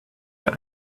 mehr